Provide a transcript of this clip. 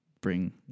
bring